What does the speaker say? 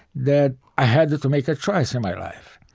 that i had to to make a choice in my life.